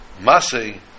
Masay